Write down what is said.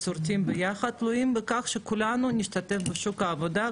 מסורתיים ביחד תלויים בכך שכולנו נשתתף בשוק העבודה,